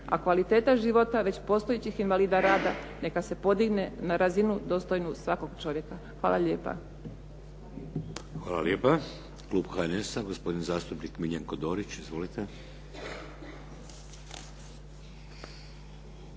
a kvaliteta života već postojećih invalida rada neka se podigne na razinu dostojnu svakog čovjeka. Hvala lijepa. **Šeks, Vladimir (HDZ)** Hvala lijepa. Klub HNS-a, gospodin zastupnik Miljenko Dorić. Izvolite.